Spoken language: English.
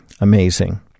amazing